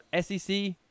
SEC